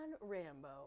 rambo